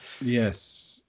yes